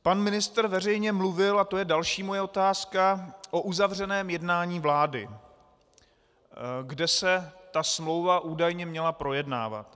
Pan ministr veřejně mluvil, a to je další moje otázka, o uzavřeném jednání vlády, kde se ta smlouva údajně měla projednávat.